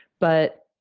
but